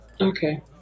Okay